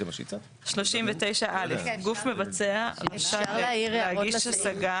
הגשת השגה 39. (א)גוף מבצע רשאי להגיש השגה